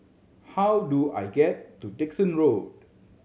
how do I get to Dickson Road